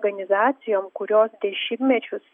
organizacijom kurios dešimtmečius